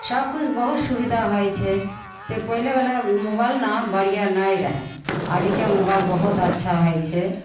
सबकिछु बहुत सुविधा होइ छै तैं पहिलेवला मोबाइल ने बढ़िआँ नहि रहय अभीके मोबाइल बहुत अच्छा होइ छै